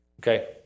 Okay